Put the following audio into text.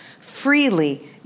freely